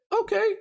okay